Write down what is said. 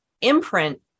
imprint